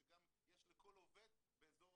שגם יש לכל עובד באזור